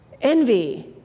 Envy